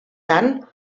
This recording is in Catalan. tant